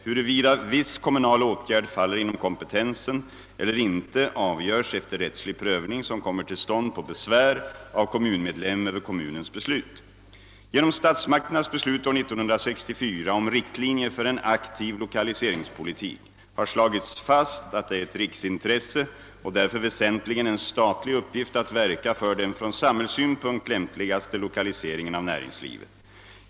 Huruvida viss kommunal åtgärd faller inom kompetensen eller inte avgörs efter rättslig prövning som kommer till stånd på besvär av kommunmedlem över kommunens beslut. om riktlinjer för en aktiv lokaliseringspolitik har slagits fast att det är ett riksintresse och därför väsentligen en statlig uppgift att verka för den från samhällssynpunkt lämpligaste lokaliseringen av näringslivet.